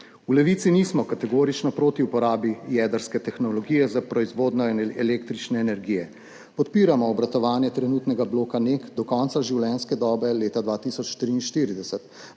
V Levici nismo kategorično proti uporabi jedrske tehnologije za proizvodnjo električne energije. Podpiramo obratovanje trenutnega bloka NEK do konca življenjske dobe leta 2043.